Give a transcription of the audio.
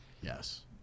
Yes